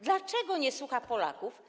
Dlaczego nie słucha Polaków?